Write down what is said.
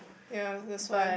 ya that's why